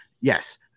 Yes